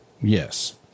Yes